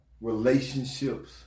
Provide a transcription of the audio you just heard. relationships